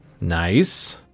Nice